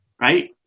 right